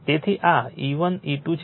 તેથી આ E1 E2 છે